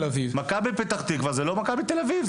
מכבי פתח תקווה זה לא מכבי תל אביב,